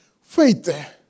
Faith